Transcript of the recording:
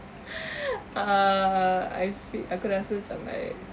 err I feel aku rasa macam like